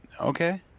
Okay